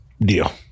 deal